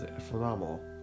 phenomenal